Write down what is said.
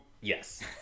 yes